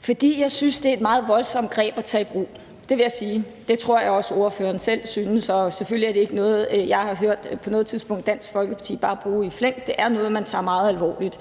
fordi jeg synes, det er et meget voldsomt greb at tage i brug. Det vil jeg sige, og det tror jeg også at ordføreren selv synes. Og selvfølgelig er det ikke noget, jeg på noget tidspunkt har hørt Dansk Folkeparti bare bruge i flæng. Det er noget, man tager meget alvorligt,